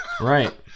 Right